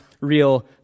real